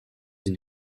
une